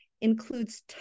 includes